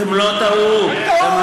אז אם אתה בא בטענות, קצת טעית בכתובת.